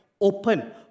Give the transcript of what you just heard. open